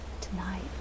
Tonight